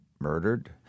murdered